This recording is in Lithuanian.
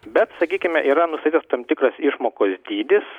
bet sakykime yra nustatytas tam tikras išmokos dydis